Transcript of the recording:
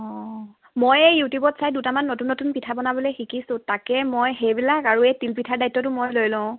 অঁ মই এই ইউটিউবত চাই দুটামান নতুন নতুন পিঠা বনাবলৈ শিকিছোঁ তাকে মই সেইবিলাক আৰু এই তিলপিঠা দায়িত্বটো মই লৈ লওঁ